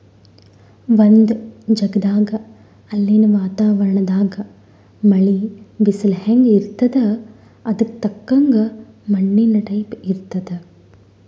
ಒಂದ್ ಜಗದಾಗ್ ಅಲ್ಲಿನ್ ವಾತಾವರಣದಾಗ್ ಮಳಿ, ಬಿಸಲ್ ಹೆಂಗ್ ಇರ್ತದ್ ಅದಕ್ಕ್ ತಕ್ಕಂಗ ಮಣ್ಣಿನ್ ಟೈಪ್ ಇರ್ತದ್